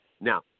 Now